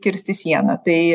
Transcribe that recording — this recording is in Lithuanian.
kirsti sieną tai